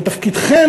ותפקידכם,